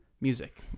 music